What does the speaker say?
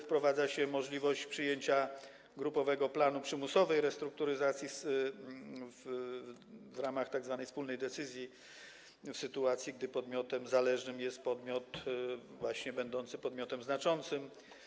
Wprowadza się możliwość przyjęcia grupowego planu przymusowej restrukturyzacji w ramach tzw. wspólnej decyzji w sytuacji, gdy podmiotem zależnym jest właśnie podmiot będący podmiotem znaczącym.